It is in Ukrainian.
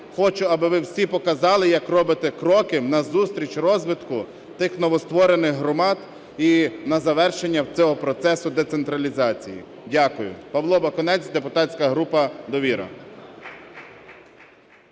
хочу, аби ви всі показали, як робите кроки назустріч розвитку тих новостворених громад і на завершення цього процесу децентралізації. Дякую. Павло Бакунець, депутатська група "Довіра".